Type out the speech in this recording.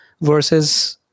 versus